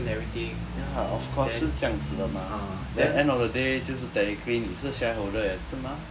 ya of course 是这样子的嘛 end of the day 你就是 technically 你是 shareholder 也是嘛